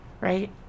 Right